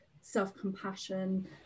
self-compassion